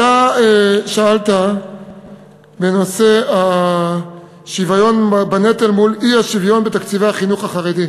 אתה שאלת בנושא השוויון בנטל מול האי-שוויון בתקציבי החינוך החרדי,